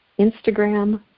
Instagram